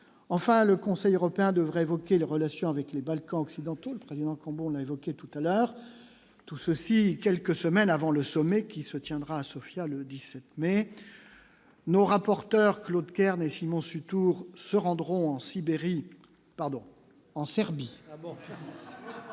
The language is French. enfin, le Conseil européen devrait évoquer les relations avec les Balkans occidentaux, le président, bon, on a évoqué tout à l'heure. Tout ceci, quelques semaines avant le sommet qui se tiendra à Sofia, le 17 mai non rapporteur Claude Kearney Simon ensuite. Pour se rendront en Sibérie, pardon en Serbie.